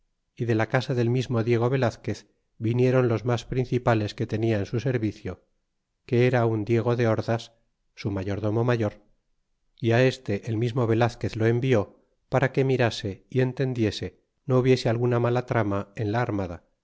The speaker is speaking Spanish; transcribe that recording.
y de la casa del mismo diego velazquez viniéron los mas principales que tenia en su servicio que era un diego de ordas su mayordomo mayor y este el mismo velazquez lo envió para que mirase y entendiese no hubiese alguna mala trama en la armada